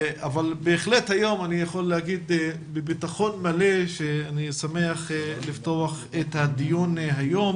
אבל בהחלט היום אני יכול להגיד בביטחון מלא שאני שמח לפתוח את הדיון היום